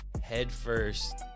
headfirst